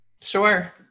Sure